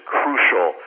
crucial